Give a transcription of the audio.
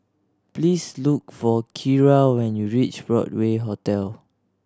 please look for Kiera when you reach Broadway Hotel